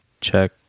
check